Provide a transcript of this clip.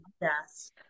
Yes